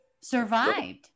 survived